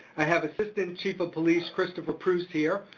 i have assistant chief of police, christopher preuss here,